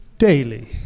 daily